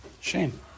shame